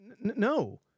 No